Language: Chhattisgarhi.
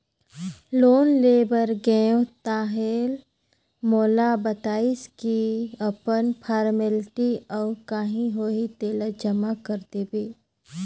लोन ले बर गेंव ताहले मोला बताइस की अपन फारमेलटी अउ काही होही तेला जमा कर देबे